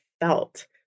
felt